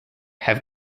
have